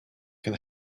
can